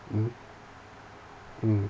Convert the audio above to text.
mm mm